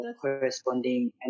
corresponding